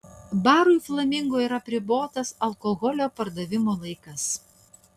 barui flamingo yra apribotas alkoholio pardavimo laikas